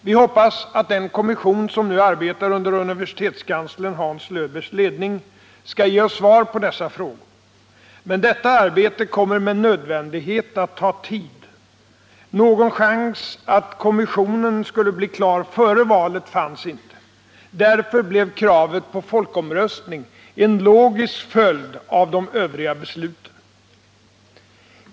Vi hoppas att den kommission som nu arbetar under universitetskanslern Hans Löwbeers ledning skall ge oss svar på dessa frågor. Men detta arbete kommer med nödvändighet att ta viss tid. Någon chans att kommissionen skulle bli klar före valet fanns inte. Därför blev kravet på folkomröstning en logisk följd av de övriga besluten.